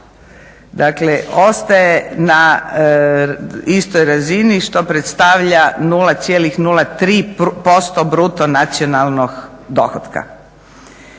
Dakle, ostaje na istoj razini što predstavlja 0,03% bruto nacionalnog dohotka.